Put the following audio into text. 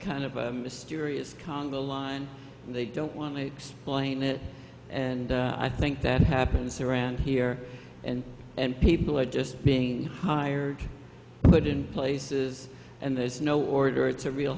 kind of mysterious congo line and they don't want to explain it and i think that happens around here and people are just being hired but in places and there's no order it's a real